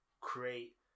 create